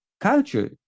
culture